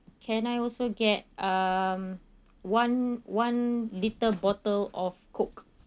can I also get um one one little bottle of coke